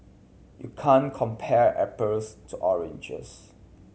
you can't compare to oranges